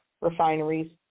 refineries